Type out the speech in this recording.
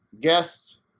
guests